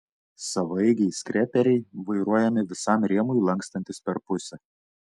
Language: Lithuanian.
savaeigiai skreperiai vairuojami visam rėmui lankstantis per pusę